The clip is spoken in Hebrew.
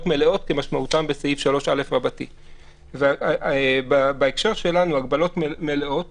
מלאות כמשמעותן בסעיף 3א. הגבלות מלאות